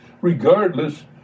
Regardless